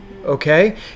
Okay